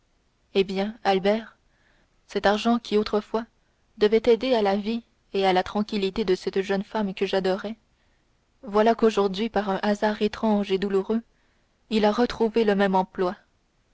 eh bien albert cet argent qui autrefois devait aider à la vie et à la tranquillité de cette femme que j'adorais voilà qu'aujourd'hui par un hasard étrange et douloureux il a retrouvé le même emploi